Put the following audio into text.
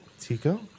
Tico